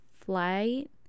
flight